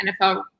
NFL